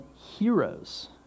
heroes